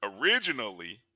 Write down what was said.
originally